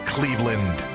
Cleveland